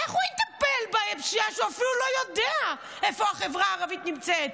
איך הוא יטפל בהם כשהוא אפילו לא יודע איפה החברה הערבית נמצאת,